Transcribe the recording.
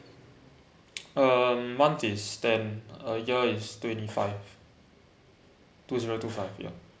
um month is ten uh year is twenty five two zero two five ya